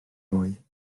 mwy